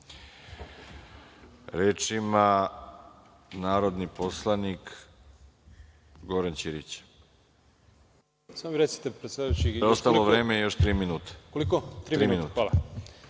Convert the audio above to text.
ima narodni poslanik Goran Ćirić. Preostalo vreme još tri minuta.